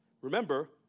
Remember